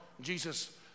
Jesus